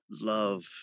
love